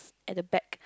at the back